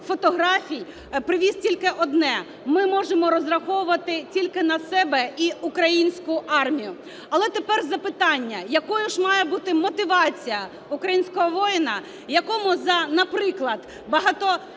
фотографій, привіз тільки одне – ми можемо розраховувати тільки на себе і українську армію. Але тепер запитання: якою ж має бути мотивація українського воїна, якому за, наприклад, багатомісячне